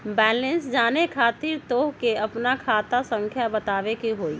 Balance जाने खातिर तोह के आपन खाता संख्या बतावे के होइ?